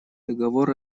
договор